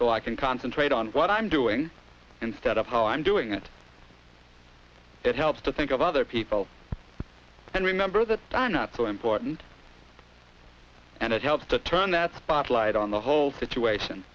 so i can concentrate on what i'm doing instead of how i'm doing it it helps to think of other people and remember that i'm not so important and it helps to turn that spotlight on the whole situation